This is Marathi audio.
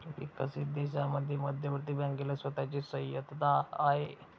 विकसित देशांमध्ये मध्यवर्ती बँकेला स्वतः ची स्वायत्तता आहे